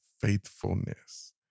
faithfulness